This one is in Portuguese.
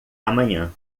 amanhã